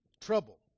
trouble